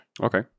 Okay